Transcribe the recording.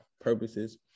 purposes